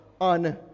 on